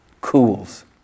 cools